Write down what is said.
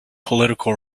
political